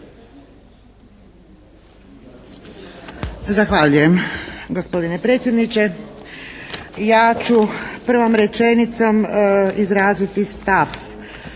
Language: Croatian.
Zahvaljujem gospodine predsjedniče. Ja ću prvom rečenicom izraziti stav